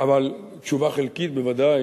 אבל תשובה חלקית בוודאי